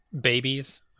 babies